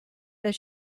that